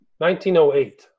1908